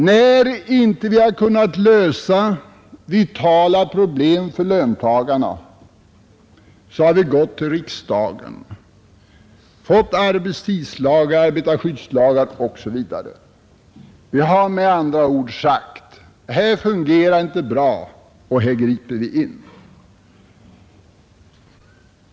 När vi inte har kunnat lösa vitala problem för löntagarna, har vi gått till riksdagen och fått arbetstidslagar, arbetarskyddslagar osv. Vi har med andra ord sagt: Här fungerar det inte bra, här griper vi in.